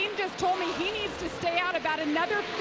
just told me he needs to stay out about another